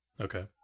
Okay